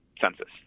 census